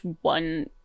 one